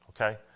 Okay